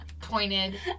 pointed